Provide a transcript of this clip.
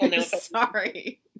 Sorry